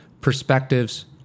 perspectives